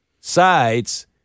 sides